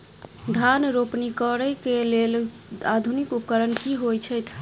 धान रोपनी करै कऽ लेल आधुनिक उपकरण की होइ छथि?